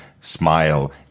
smile